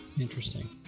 Interesting